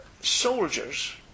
soldiers